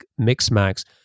MixMax